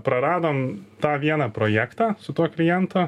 praradom tą vieną projektą su tuo klientu